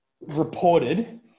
reported